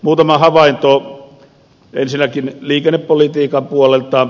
muutama havainto ensinnäkin liikennepolitiikan puolelta